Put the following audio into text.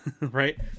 right